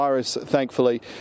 thankfully